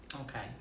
Okay